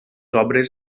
obres